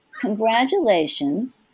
congratulations